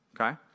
okay